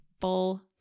full